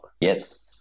Yes